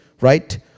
right